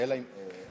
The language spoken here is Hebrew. אלא אם כן,